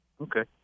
Okay